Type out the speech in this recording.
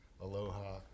Aloha